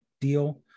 deal